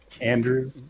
Andrew